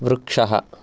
वृक्षः